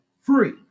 free